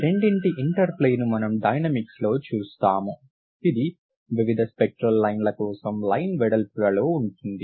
ఈ రెండింటి ఇంటర్ప్లే ను మనం డైనమిక్స్లో చూస్తాము ఇది వివిధ స్పెక్ట్రల్ లైన్ల కోసం లైన్ వెడల్పులలో ఉంటుంది